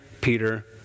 Peter